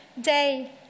day